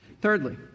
Thirdly